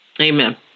Amen